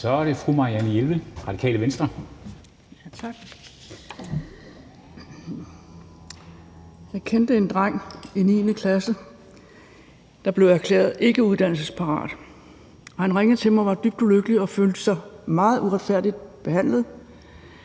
(Ordfører) Marianne Jelved (RV): Tak. Jeg kendte en dreng i 9. klasse, der blev erklæret ikke uddannelsesparat. Og han ringede til mig og var dybt ulykkelig og følte sig meget uretfærdigt behandlet.